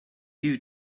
you